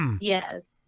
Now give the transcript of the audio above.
Yes